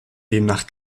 demnach